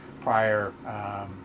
prior